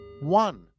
one